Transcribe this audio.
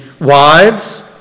wives